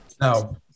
Now